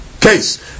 case